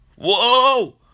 Whoa